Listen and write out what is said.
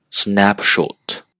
Snapshot